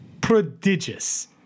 prodigious